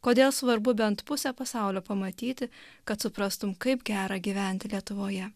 kodėl svarbu bent pusę pasaulio pamatyti kad suprastum kaip gera gyventi lietuvoje